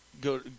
Go